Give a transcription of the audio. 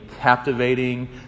captivating